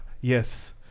yes